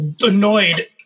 annoyed